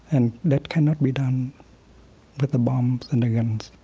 and that cannot be done with the bombs and the guns.